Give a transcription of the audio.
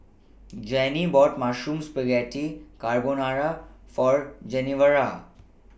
Jeannie bought Mushroom Spaghetti Carbonara For Genevra